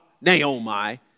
Naomi